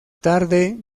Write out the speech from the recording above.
tarde